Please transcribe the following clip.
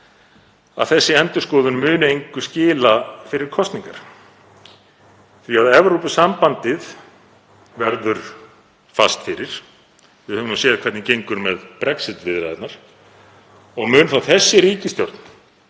ég að endurskoðun muni engu skila fyrir kosningar því að Evrópusambandið verður fast fyrir. Við höfum séð hvernig gengur með Brexit-viðræðurnar. Mun þessi ríkisstjórn